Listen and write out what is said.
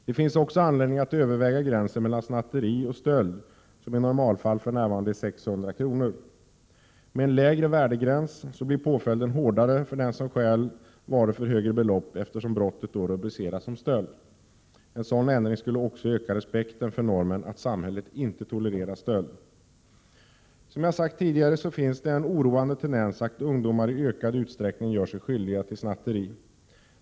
Det finns också anledning att överväga gränsen mellan snatteri och stöld, som i normalfall för närvarande är 600 kr. Med en lägre värdegräns blir påföljden hårdare för den som stjäl varor för högre belopp, eftersom brottet då rubriceras som stöld. En sådan ändring skulle också öka respekten för normen att samhället inte tolererar stöld. Som jag sagt tidigare, finns det en oroande tendens att ungdomar i ökad utsträckning gör sig skyldiga till snatteri.